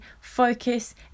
focus